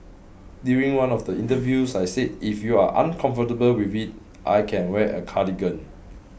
during one of the interviews I said if you're uncomfortable with it I can wear a cardigan